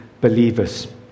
believers